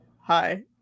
hi